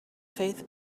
faith